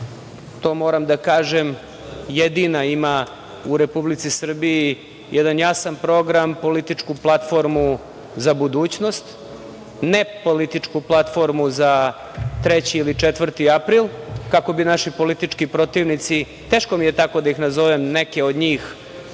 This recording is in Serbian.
to moram da kažem, jedina ima u Republici Srbiji jedan jasan program, političku platformu za budućnost, ne političku platformu za treći ili četvrti april, kako bi naši politički protivnici, teško mi je da tako nazovem neke od njih,